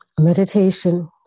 Meditation